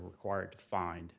required to find